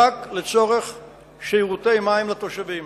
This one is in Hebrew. יצירת גושי התנחלויות נוספים.